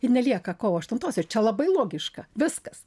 ir nelieka kovo aštuntosios ir čia labai logiška viskas